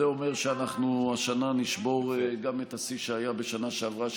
זה אומר שאנחנו השנה נשבור את השיא שהיה בשנה שעברה,